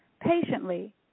patiently